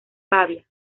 pavía